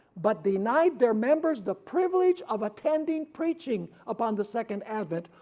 but denied their members the privilege of attending preaching upon the second advent,